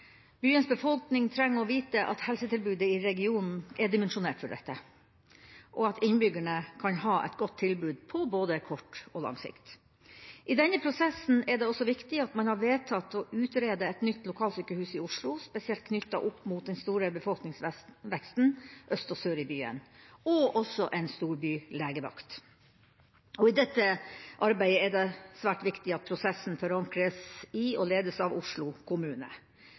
Byens befolkning trenger å vite at helsetilbudet i regionen er dimensjonert for dette, og at innbyggerne kan ha et godt tilbud, både på kort og lang sikt. I denne prosessen er det også viktig at man har vedtatt å utrede et nytt lokalsykehus i Oslo, spesielt knytta opp mot den store befolkningsveksten øst og sør i byen, og også en storbylegevakt. I dette arbeidet er det svært viktig at prosessen forankres i og ledes av Oslo kommune.